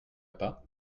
pas